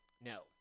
No